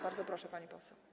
Bardzo proszę, pani poseł.